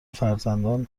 فرزندان